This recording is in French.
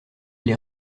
les